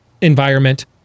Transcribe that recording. environment